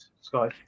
Sky